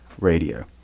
radio